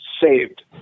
saved